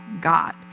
God